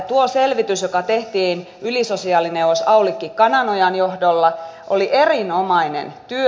tuo selvitys joka tehtiin ylisosiaalineuvos aulikki kananojan johdolla oli erinomainen työ